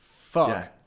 Fuck